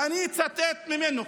ואני אצטט ממנו.